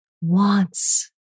wants